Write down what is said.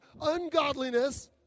ungodliness